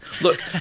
look